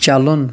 چَلُن